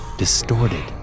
distorted